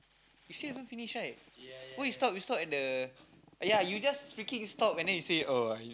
you still haven't finish right why you stop you stop at the ya you just freaking stop and then you say oh